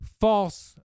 false